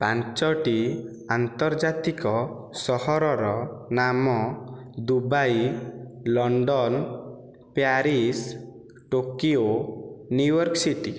ପାଞ୍ଚଟି ଆନ୍ତର୍ଜାତିକ ସହରର ନାମ Dubai London Paris Tokyo New York city